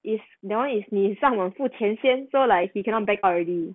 is that [one] is 你上网付钱先 so like he cannot backup already